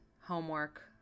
homework